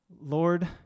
Lord